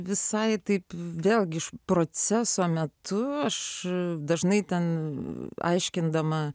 visai taip vėlgi iš proceso metu aš dažnai ten aiškindama